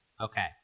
Okay